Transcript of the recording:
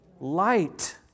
Light